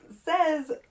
says